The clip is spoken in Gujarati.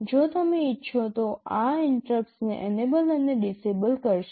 જો તમે ઇચ્છો તો આ ઇન્ટરપ્ટસને એનેબલ અને ડિસેબલ કરશે